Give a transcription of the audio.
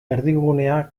erdigunea